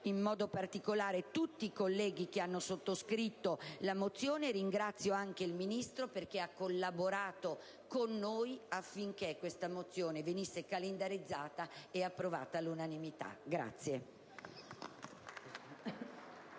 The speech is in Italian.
in modo particolare tutti i colleghi che hanno sottoscritto la mozione e ringrazio anche il Ministro perché ha collaborato con noi affinché questa mozione venisse calendarizzata e approvata all'unanimità.